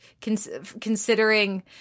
considering